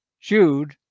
Jude